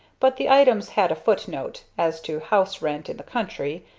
but the items had a footnote as to house-rent in the country,